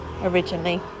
originally